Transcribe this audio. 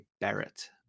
Barrett